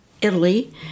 Italy